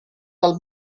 dal